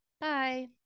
Bye